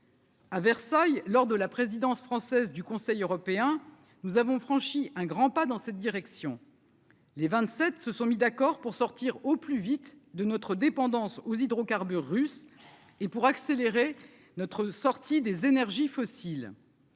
à Versailles, lors de la présidence française du Conseil européen, nous avons franchi un grand pas dans cette direction. Les 27 se sont mis d'accord pour sortir au plus vite de notre dépendance aux hydrocarbures russes et pour accélérer notre sortie des énergies fossiles.